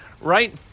right